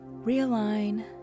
realign